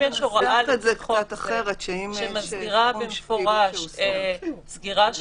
אם יש הוראה שמסדירה במפורש סגירה של מוסדות חינוך,